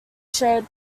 showed